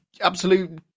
absolute